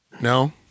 No